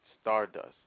stardust